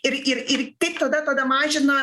ir ir ir kaip tada tada mažina